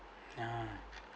ah